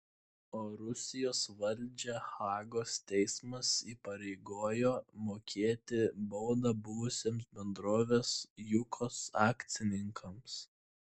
o rusijos valdžią hagos teismas įpareigojo mokėti baudą buvusiems bendrovės jukos akcininkams